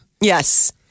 Yes